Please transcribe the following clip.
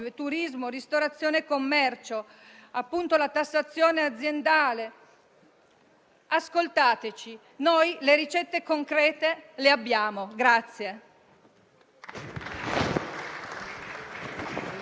turismo, ristorazione e commercio, tassazione aziendale. Ascoltateci: noi le ricette concrete le abbiamo.